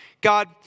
God